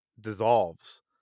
dissolves